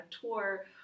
tour